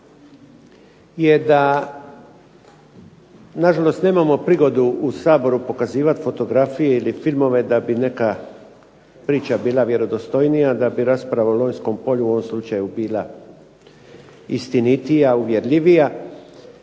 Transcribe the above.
je da nažalost nemamo prigodu u Saboru pokazivati fotografije ili filmove da bi neka priča bila vjerodostojnija, da bi rasprava o Lonjskom polju u ovom slučaju bila istinitija, uvjerljivija.